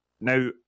Now